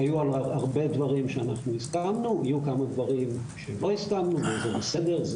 היו הרבה דברים שאנחנו הסכמנו והיו כמה דברים שלא הסכמנו וזה בסדר,